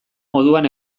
moduan